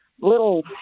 little